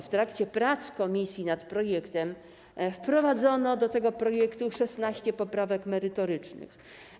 W trakcie prac komisji nad projektem wprowadzono do tego projektu 16 poprawek merytorycznych.